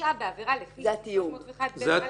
שהורשע בעבירה לפי סעיף 301ב(א),